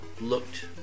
looked